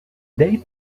day